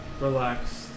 relaxed